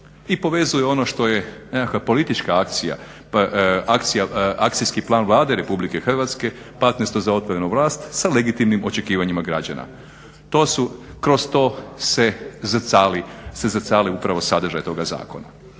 I povezuju ono što je nekakva politička akcija, Akcijski plan Vlade RH partnerstvo za otvorenu vlast sa legitimnim očekivanjima građana. Kroz to se zrcali upravo sadržaj toga zakona.